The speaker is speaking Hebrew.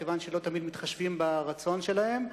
מכיוון שלא תמיד מתחשבים ברצון שלהם.